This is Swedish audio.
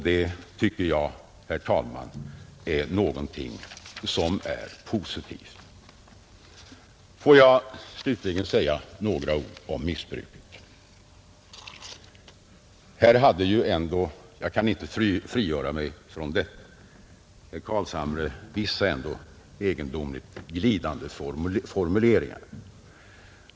Det tycker jag, herr talman, är någonting positivt. Får jag slutligen säga några ord om missbruket. Här hade ändå — jag kan inte frigöra mig från det — herr Carlshamre vissa egendomligt glidande formuleringar.